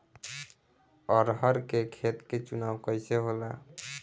अरहर के खेत के चुनाव कइसे होला?